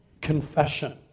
confession